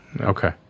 Okay